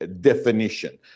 definition